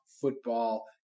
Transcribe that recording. football